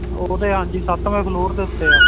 ਉਹ ਅਤੇ ਹਾਂਜੀ ਸੱਤਵੇਂ ਫਲੋਰ ਦੇ ਉੱਤੇ ਆ